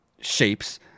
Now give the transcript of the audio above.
shapes